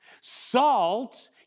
Salt